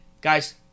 Guys